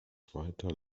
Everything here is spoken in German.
zweiter